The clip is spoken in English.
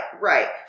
right